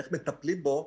איך מטפלים בו,